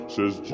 Says